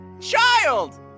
child